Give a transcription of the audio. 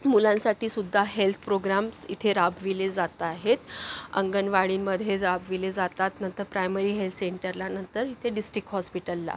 मुलांसाठीसुद्धा health programs इथे राबविले जात आहेत अंगणवाडीमध्ये राबविले जातात नंतर प्रायमरी हेल्थ सेन्टरला नंतर इथे डिस्ट्रिक्ट हॉस्पिटलला